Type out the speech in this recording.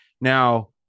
now